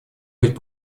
быть